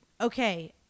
Okay